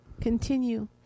continue